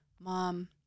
mom